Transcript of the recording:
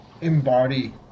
embody